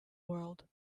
world